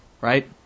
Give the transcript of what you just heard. Right